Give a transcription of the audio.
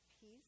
peace